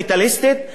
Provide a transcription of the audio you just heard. הניאו-ליברלית.